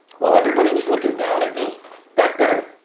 while everybody was looking down at me back then,